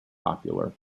popular